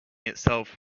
itself